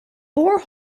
bore